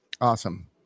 Awesome